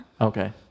Okay